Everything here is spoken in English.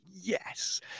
yes